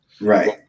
Right